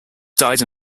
died